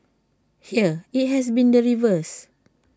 here IT has been the reverse